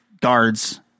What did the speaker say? guards